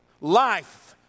life